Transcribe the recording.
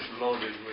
loaded